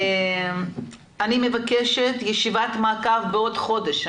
אני מבקשת ישיבת מעקב בעוד חודש.